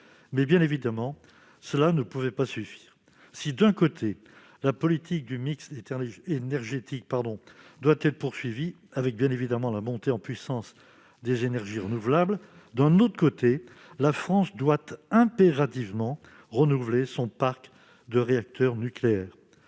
pouvait bien évidemment pas suffire ... Si, d'un côté, la politique du mix énergétique doit être poursuivie, avec bien sûr la montée en puissance des énergies renouvelables, de l'autre, la France doit impérativement renouveler son parc de réacteurs nucléaires.